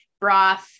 broth